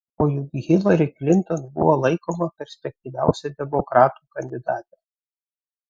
o juk hilari klinton buvo laikoma perspektyviausia demokratų kandidate